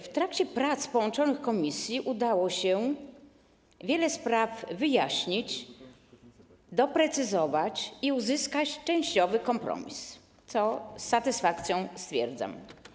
W trakcie prac połączonych komisji udało się wiele spraw wyjaśnić, doprecyzować i uzyskać częściowy kompromis, co z satysfakcją stwierdzam.